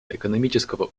экономического